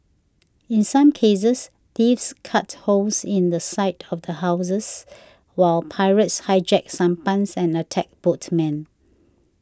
in some cases thieves cut holes in the side of the houses while pirates hijacked sampans and attacked boatmen